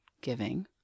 giving